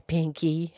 Pinky